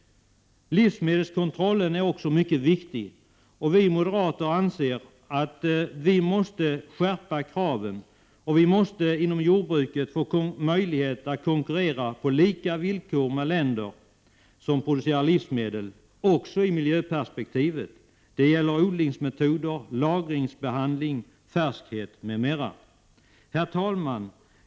Livsmedelskontrollerna är mycket viktiga. Vi moderater anser att kraven måste skärpas. Det svenska jordbruket måste få möjlighet att konkurrera på lika villkor med länder som producerar livsmedel också i miljöperspektivet: det gäller odlingsmetoder, lagringsbehandling, färskhet m.m. Herr talman!